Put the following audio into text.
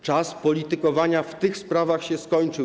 Czas politykowania w tych sprawach się skończył.